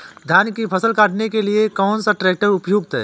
धान की फसल काटने के लिए कौन सा ट्रैक्टर उपयुक्त है?